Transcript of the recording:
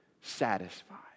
Satisfied